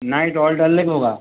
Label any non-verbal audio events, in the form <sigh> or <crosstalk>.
night hold <unintelligible> होगा